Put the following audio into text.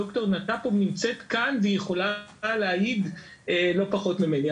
ד"ר נטפוב נמצאת כאן והיא יכולה להעיד לא פחות ממני.